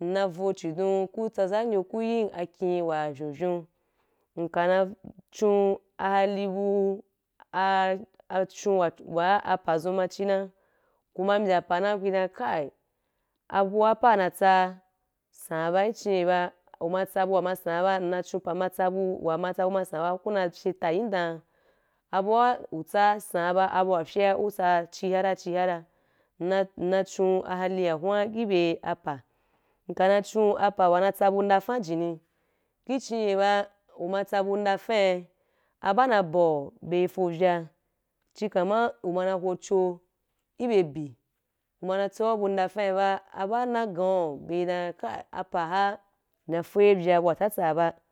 Nna vo chidon ku tsazan yu, ku ye akin wa vyon vyon. Nkan na chon a “hahim” bu a chon wa’a apa zun ma chi na, ku ma mbya pa nan, ku yi dan kai abu wa apa natsa, sɛn’a ba. Ichi ye ba, uma tsa bu wa ma sɛn’ɛ ba, nna chu pa ma tsabu, wa ma tsabu ma sɛn’a ba, ku na fyii fa yi dan abu wa utsa san’a ba, abu wa fyii utsa ci hara ci hara nna nna chon halin ahun ibe apa. Nkan na chon apa wa na tsa bu ndafe jini, ichi ye ba, uma tsa bu ndafa, aba na búu be fovya. Cin kama uma na huchu ibe bi, uma na tsa’bu ndafa ba, ba na gau be dan kai, apa’ ha ina fovya bu watsatsa ba.